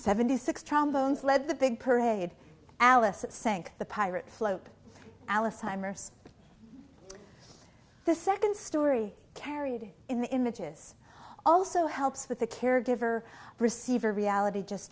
seventy six trombones led the big parade alice sank the pirate slope alice timer's the second story carried in the images also helps with the care giver receiver reality just